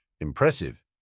Impressive